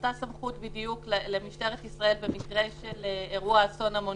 אותה סמכות בדיוק למשטרת ישראל במקרה של אירוע אסון המוני.